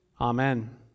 amen